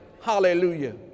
Hallelujah